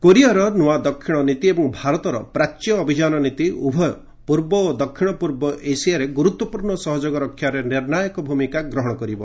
କୋରିଆର ନୂଆ ଦକ୍ଷିଣ ନୀତି ଏବଂ ଭାରତର ପ୍ରାଚ୍ୟ ଅଭିଯାନ ନୀତି ଉଭୟ ପୂର୍ବ ଓ ଦକ୍ଷିଣପୂର୍ବ ଏସିଆରେ ଗୁରୁତ୍ୱପୂର୍ଣ୍ଣ ସହଯୋଗ ରକ୍ଷାରେ ନିର୍ଣ୍ଣାୟକ ଭୂମିକା ଗ୍ରହଣ କରିବ